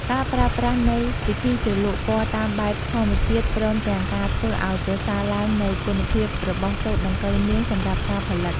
ការប្រើប្រាស់នូវវិធីជ្រលក់ពណ៌តាមបែប ធម្មជាតិព្រមទាំងការធ្វើឱ្យប្រសើរឡើងនូវគុណភាពរបស់សូត្រដង្កូវនាងសម្រាប់ការផលិត។